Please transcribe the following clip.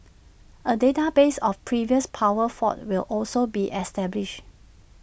A database of previous power faults will also be established